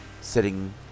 Sitting